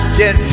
get